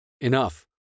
Enough